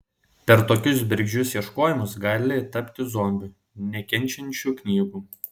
per tokius bergždžius ieškojimus gali tapti zombiu nekenčiančiu knygų